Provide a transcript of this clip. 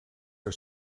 are